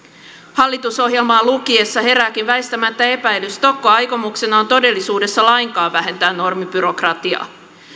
hallitusohjelmaa lukiessa herääkin väistämättä epäilys tokko aikomuksena on todellisuudessa lainkaan vähentää normibyrokratiaa